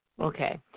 Okay